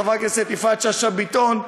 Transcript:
חברת הכנסת יפעת שאשא ביטון,